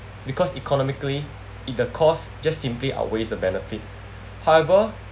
because economically it the cost just simply outweighs the benefit however